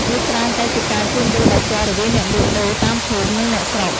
វាច្រើនតែជាការជួញដូរដោយផ្ទាល់រវាងអ្នកលក់ដូរតាមភូមិ និងអ្នកស្រុក។